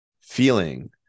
feeling